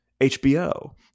HBO